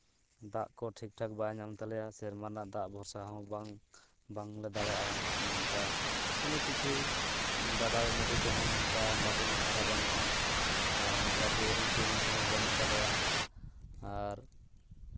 ᱫᱟᱜ ᱠᱚ ᱴᱷᱤᱠ ᱴᱷᱟᱠ ᱵᱟᱭ ᱧᱟᱢ ᱛᱟᱞᱮᱭᱟ ᱥᱮᱨᱢᱟ ᱨᱮᱱᱟᱜ ᱫᱟᱜ ᱵᱷᱚᱨᱥᱟ ᱦᱚᱸ ᱵᱟᱝ ᱵᱟᱝᱞᱮ ᱫᱟᱲᱮᱭᱟᱜᱼᱟ ᱱᱚᱝᱠᱟ ᱚᱱᱮᱠ ᱠᱤᱪᱷᱩ ᱜᱟᱰᱟᱼᱢᱩᱰᱩ ᱠᱚᱦᱚᱸ ᱱᱚᱝᱠᱟ ᱞᱟᱹᱴᱩ ᱱᱚᱜ ᱫᱷᱟᱨᱟ ᱵᱟᱹᱱᱩᱜᱼᱟ ᱟᱨ ᱱᱚᱝᱠᱟ ᱵᱳᱭᱨᱤᱝ ᱛᱳᱭᱨᱤᱝ ᱠᱚᱦᱚᱸ ᱵᱟᱹᱱᱩᱜ ᱛᱟᱞᱮᱭᱟ ᱟᱨ